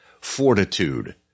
fortitude